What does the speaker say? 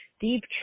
deep